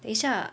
等一下